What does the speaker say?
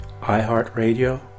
iHeartRadio